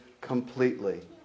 completely